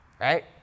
right